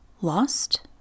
lost